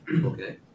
Okay